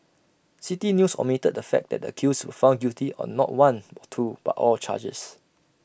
City News omitted the fact that the accused were found guilty on not one or two but all charges